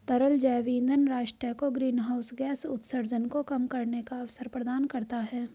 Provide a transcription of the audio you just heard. तरल जैव ईंधन राष्ट्र को ग्रीनहाउस गैस उत्सर्जन को कम करने का अवसर प्रदान करता है